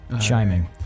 Chiming